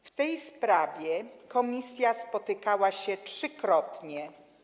W tej sprawie komisja spotykała się trzykrotnie.